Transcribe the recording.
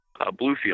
Bluefield